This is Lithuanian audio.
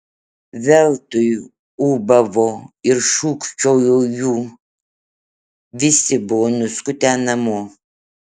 veltui ūbavo ir šūkčiojo jų visi buvo nuskutę namo